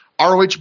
ROH